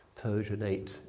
Persianate